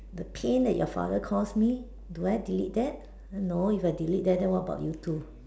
the pain that your father cause me do I delete that no if I delete that then what about you two